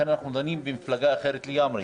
לכן אנחנו דנים במפלגה אחרת לגמרי.